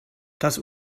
das